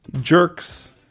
jerks